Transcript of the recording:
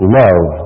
love